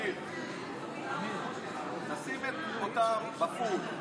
אני קובע שההסתייגות נדחתה.